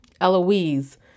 Eloise